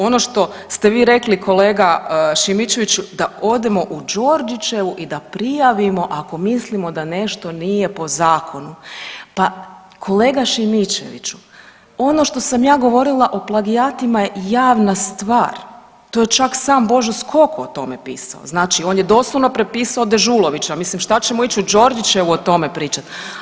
Ono što ste vi rekli kolega Šimičeviću, da odemo u Đorđićevu i da prijavimo ako mislimo da nešto nije po zakonu, pa kolega Šimičeviću ono što sam ja govorila o plagijatima je javna stvar, to je čak sam Božo Skoko o tome pisao, znači on je doslovno prepisao Dežulovića, mislim šta ćemo ić u Đorđićevu o tome pričat.